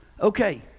Okay